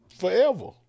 forever